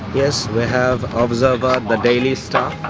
yes, we have observer, the daily star.